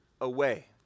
away